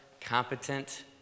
competent